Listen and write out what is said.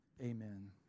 Amen